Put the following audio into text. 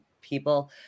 people